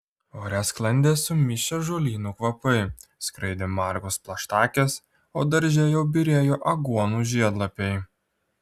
ore sklandė sumišę žolynų kvapai skraidė margos plaštakės o darže jau byrėjo aguonų žiedlapiai